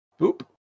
Boop